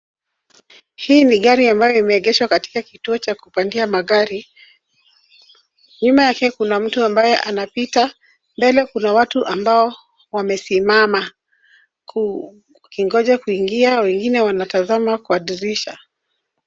Hii ni gari ambayo imeegeshwa katika kituo cha kupandia magari, nyuma yake kuna mtu ambaye anapita, mbele kuna watu ambao wamesimama kukingoja kuingia, wengine wanatazama kwa dirisha.